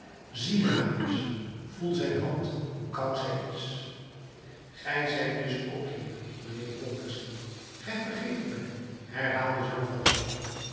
zie marius voel zijn hand hoe koud zij is gij zijt dus ook hier mijnheer pontmercy gij vergeeft mij herhaalde jean valjean